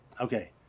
Okay